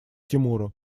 тимуру